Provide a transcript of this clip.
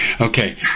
Okay